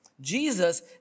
Jesus